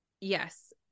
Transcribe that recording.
Yes